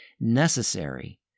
necessary